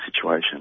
situation